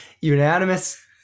unanimous